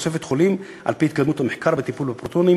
תוספת חולים על-פי התקדמות המחקר בטיפול בפרוטונים